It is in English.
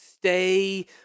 Stay